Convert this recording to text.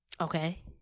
okay